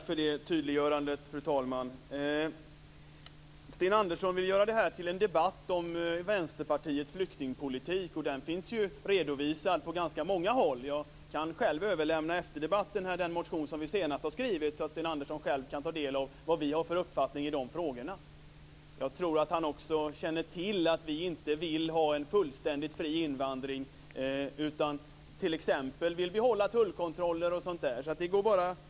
Fru talman! Sten Andersson vill göra detta till en debatt om Vänsterpartiets flyktingpolitik och den finns ju redovisad på ganska många håll. Efter debatten kan jag själv överlämna den motion som vi senast har väckt, så att Sten Andersson kan ta del av vår uppfattning i dessa frågor. Jag tror att Sten Andersson också känner till att vi inte vill ha en fullständigt fri invandring. Vi vill behålla tullkontroller och sådant.